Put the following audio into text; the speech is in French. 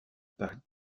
paris